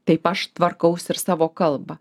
taip aš tvarkausi ir savo kalbą